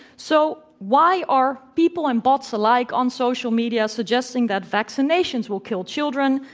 so, why are people and bots alike on social media suggesting that vaccinations will cure children,